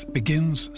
begins